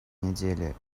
неделе